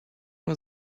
nur